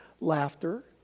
Laughter